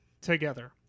together